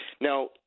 Now